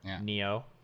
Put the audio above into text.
Neo